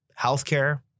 Healthcare